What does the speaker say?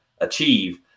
achieve